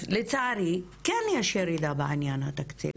לצערי, כן יש ירידה בעניין התקציב.